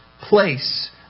place